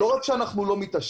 לא רק שאנחנו לא מתעשרים,